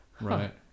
right